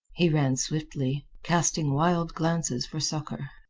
he ran swiftly, casting wild glances for succor.